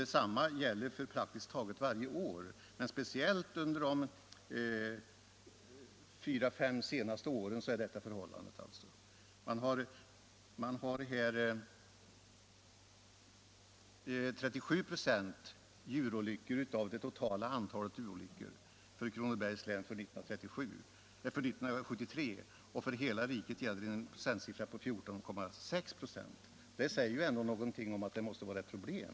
Detsamma gäller för praktiskt taget varje år, men förhållandet är mest markant under de fyra fem senaste åren. Man har i Kronobergs län 37 96 djurolyckor i procent av det totala antalet trafikolyckor under 1973. För hela riket gällde en procentsiffra på 14,6. Dessa siffror måste ju ändå tolkas så att detta är ett allvarligt problem.